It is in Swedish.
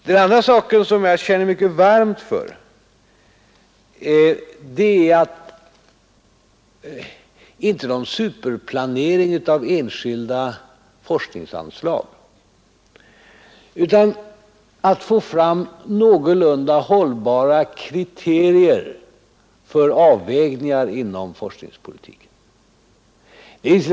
Den andra saken som jag känner mycket varmt för är att inte åstadkomma någon superplanering av enskilda forskningsanslag utan att få fram någorlunda hållbara kriterier för avvägningar inom forskningspolitiken.